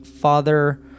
Father